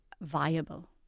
viable